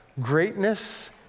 greatness